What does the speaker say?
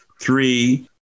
three